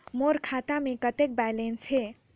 मोर खाता मे कतेक बैलेंस हे?